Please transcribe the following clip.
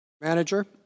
Manager